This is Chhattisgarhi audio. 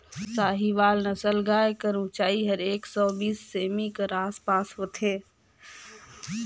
साहीवाल नसल गाय कर ऊंचाई हर एक सौ बीस सेमी कर आस पास होथे